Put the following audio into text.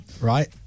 right